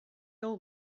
old